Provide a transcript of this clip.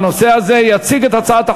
בכל מקרה, לעניין הראשון, הקודם, בנושא של דין